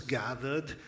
gathered